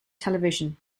television